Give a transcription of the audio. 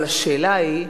אבל השאלה היא,